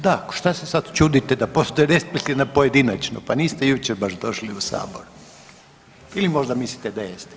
Da, šta se sad čudite da postoje replike na pojedinačno, pa niste jučer baš došli u sabor ili možda mislite da jeste.